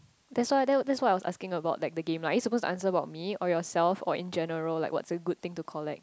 that's why that that's what I was asking about like the game lah are you supposed to answer about me or yourself or in general like what's a good thing to collect